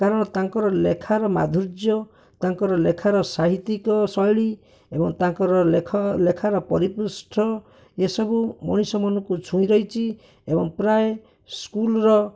କାରଣ ତାଙ୍କର ଲେଖାର ମାଧୂର୍ଯ୍ୟ ତାଙ୍କର ଲେଖାର ସାହିତ୍ୟିକ ଶୈଳୀ ଏବଂ ତାଙ୍କର ଲେଖାର ପରିପୃଷ୍ଠ ଏହିସବୁ ମଣିଷ ମନକୁ ଛୁଇଁ ଯାଇଛି ଏବଂ ପ୍ରାୟେ ସ୍କୁଲର